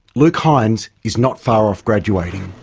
luke hines is not far off graduating.